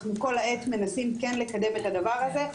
אנחנו כל העת כן מנסים לקדם את הדבר הזה,